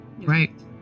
right